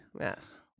Yes